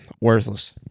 worthless